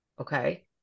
okay